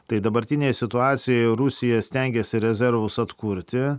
tai dabartinėje situacijoje rusija stengiasi rezervus atkurti